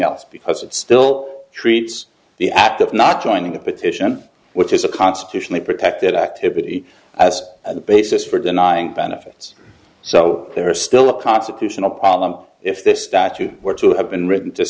else because it still treats the act of not joining a petition which is a constitutionally protected activity as the basis for denying benefits so there are still constitutional problems if this statute were to have been written to